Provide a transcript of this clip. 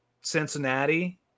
cincinnati